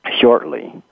shortly